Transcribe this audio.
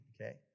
okay